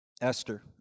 Esther